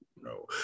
no